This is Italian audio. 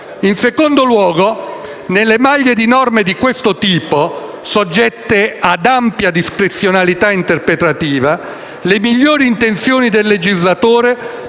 In secondo luogo, nelle maglie di norme di questo tipo, soggette ad ampia discrezionalità interpretativa, le migliori intenzioni del legislatore